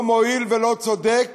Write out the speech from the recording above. לא מועיל ולא צודק,